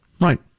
Right